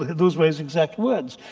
those were his exact words.